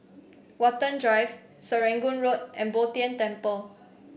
Watten Drive Serangoon Road and Bo Tien Temple